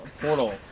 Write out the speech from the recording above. portal